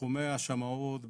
בתחומי השמאות,